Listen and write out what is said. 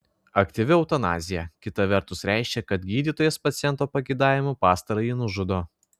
aktyvi eutanazija kita vertus reiškia kad gydytojas paciento pageidavimu pastarąjį nužudo